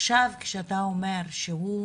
עכשיו אתה אומר שהוא,